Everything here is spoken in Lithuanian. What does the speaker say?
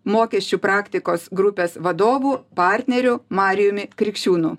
mokesčių praktikos grupės vadovu partneriu marijumi krikščiūnu